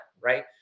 right